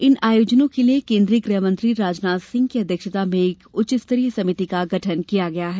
इन आयोजनों के लिए केन्द्रीय गृह मंत्री राजनाथ सिंह की अध्यक्षता में एक उच्चस्तरीय समिति का गठन किया गया है